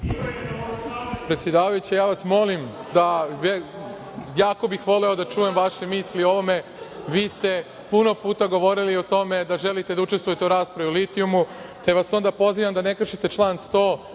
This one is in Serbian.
Predsedavajuća, ja vas molim, jako bih voleo da čujem vaše misli o ovome. Vi ste puno puta govorili o tome da želite da učestvujete u raspravi o litijumu, te vas onda pozivam da ne kršite član 100.